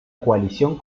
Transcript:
coalición